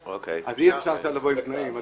אז אי-אפשר עכשיו לבוא עם תנאים...